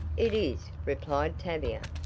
it is, replied tavia,